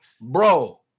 bro